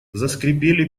заскрипели